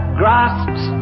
grasps